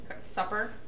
Supper